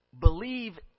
believe